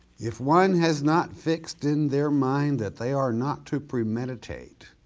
if one has not fixed in their mind that they are not to premeditate,